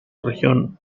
región